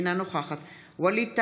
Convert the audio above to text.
אינה נוכחת ווליד טאהא,